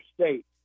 state